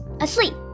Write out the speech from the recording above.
asleep